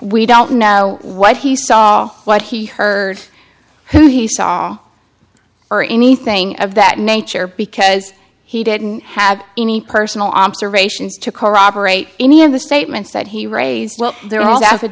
we don't know what he saw what he heard what he saw or anything of that nature because he didn't have any personal observations to corroborate any of the statements that he raised well there all